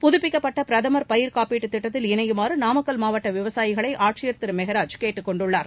புதுப்பிக்கப்பட்ட பிரதமர் பயிர்க் காப்பீட்டுத் திட்டத்தில் இணையுமாறு நாமக்கல் மாவட்ட விவசாயிகளை ஆட்சியர் திரு மெகராஜ் கேட்டுக் கொண்டுள்ளார்